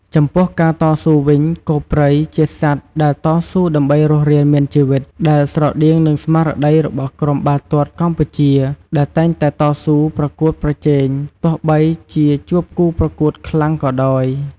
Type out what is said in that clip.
ចំពោះការតស៊ូវិញ គោព្រៃជាសត្វដែលតស៊ូដើម្បីរស់រានមានជីវិត ដែលស្រដៀងនឹងស្មារតីរបស់ក្រុមបាល់ទាត់កម្ពុជាដែលតែងតែតស៊ូប្រកួតប្រជែងទោះបីជាជួបគូប្រកួតខ្លាំងជាងក៏ដោយ។